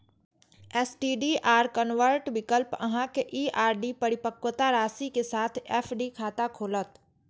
STDR convert विकल्प अहांक ई आर.डी परिपक्वता राशि के साथ एफ.डी खाता खोलत